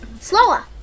slower